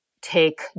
take